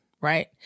right